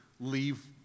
leave